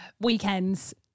Weekends